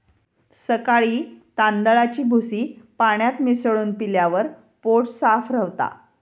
सकाळी तांदळाची भूसी पाण्यात मिसळून पिल्यावर पोट साफ रवता